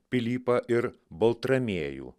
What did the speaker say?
pilypą ir baltramiejų